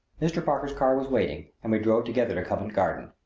mr. parker's car was waiting and we drove together to covent garden.